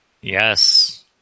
Yes